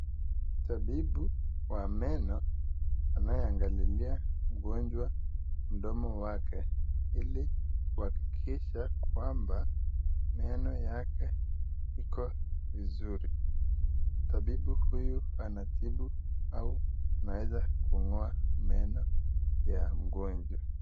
Tabibu wa meno anayeangalilia mgonjwa mdomo wake ili kuhakikisha ya kwamba meno yake iko vizuri. Tabibu huyu anatibu au ameweza kung'oa meno ya mgonjwa.